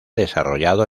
desarrollado